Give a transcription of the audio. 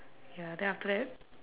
ya then after that